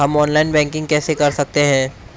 हम online banking कैसे कर सकते हैं?